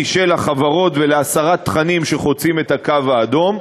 של החברות ולהסרת תכנים שחוצים את הקו האדום.